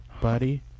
buddy